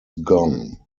gone